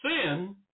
sin